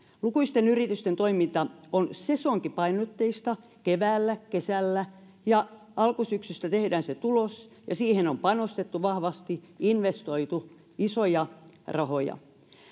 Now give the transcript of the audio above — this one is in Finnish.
lukuisten yritysten toiminta on sesonkipainotteista keväällä kesällä ja alkusyksystä tehdään se tulos ja siihen on panostettu vahvasti investoitu isoja rahoja